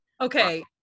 okay